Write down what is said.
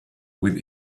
with